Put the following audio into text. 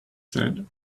said